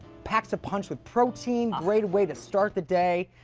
packs a punch with protein, great way to start the day.